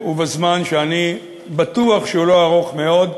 ובזמן שאני בטוח שהוא לא ארוך מאוד,